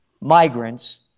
migrants